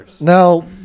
Now